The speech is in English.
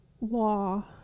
law